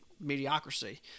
mediocrity